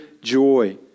joy